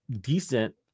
decent